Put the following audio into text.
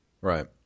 Right